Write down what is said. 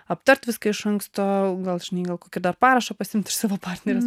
aptart viską iš anksto gal žinai gal kokį dar parašą pasiimti iš savo partnerės